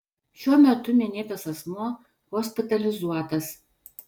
šiuo metu minėtas asmuo hospitalizuotas